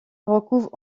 recouvre